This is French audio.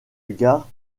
gare